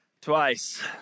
twice